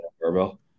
Barbell